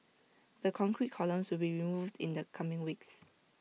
the concrete columns will be removed in the coming weeks